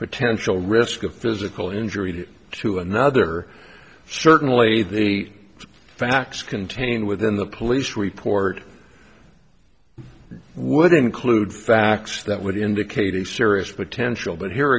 potential risk of physical injury to two another certainly the facts contained within the police report would include facts that would indicate a serious potential but here